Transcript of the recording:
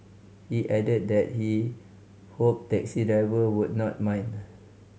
he added that he hoped taxi driver would not mind